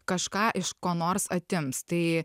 kažką iš ko nors atims tai